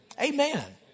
amen